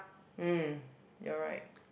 mm you're right